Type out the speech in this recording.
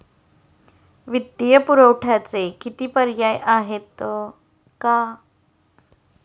वित्तीय पुरवठ्याचे किती पर्याय आहेत का?